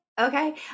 okay